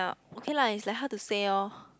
ya okay lah is like hard to say loh